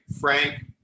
frank